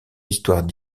histoire